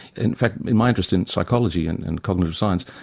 in fact in my interest in psychology and and cognitive science,